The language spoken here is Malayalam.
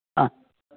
അ